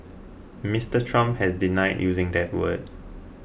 Mister Trump has denied using that word